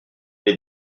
les